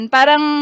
Parang